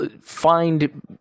find